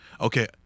Okay